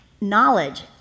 knowledge